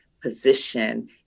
position